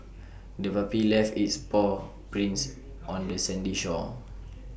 the puppy left its paw prints on the sandy shore